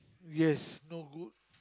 yes no good